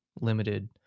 limited